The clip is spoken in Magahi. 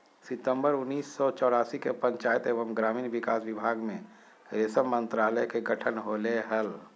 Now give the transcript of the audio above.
सितंबर उन्नीस सो चौरासी के पंचायत एवम ग्रामीण विकास विभाग मे रेशम मंत्रालय के गठन होले हल,